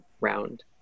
round